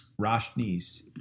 Roshni's